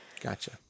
Gotcha